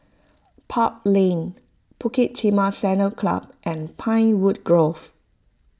Park Lane Bukit Timah Saddle Club and Pinewood Grove